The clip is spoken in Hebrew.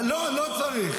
לא, לא צריך.